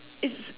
is